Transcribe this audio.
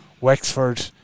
Wexford